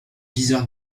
viseur